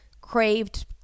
craved